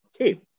Okay